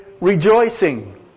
rejoicing